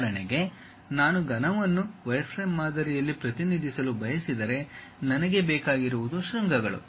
ಉದಾಹರಣೆಗೆ ನಾನು ಘನವನ್ನು ವೈರ್ಫ್ರೇಮ್ ಮಾದರಿಯಲ್ಲಿ ಪ್ರತಿನಿಧಿಸಲು ಬಯಸಿದರೆ ನನಗೆ ಬೇಕಾಗಿರುವುದು ಶೃಂಗಗಳು